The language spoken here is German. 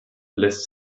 lässt